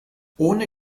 ohne